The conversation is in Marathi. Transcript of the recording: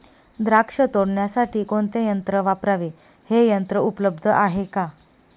द्राक्ष तोडण्यासाठी कोणते यंत्र वापरावे? हे यंत्र उपलब्ध आहे का?